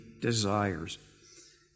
desires